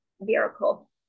Miracle